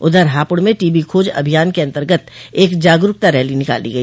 उधर हापुड़ में टीबी खोज अभियान के अन्तर्गत एक जागरूकता रैली निकाली गई